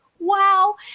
wow